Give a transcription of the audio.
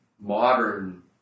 modern